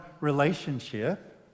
relationship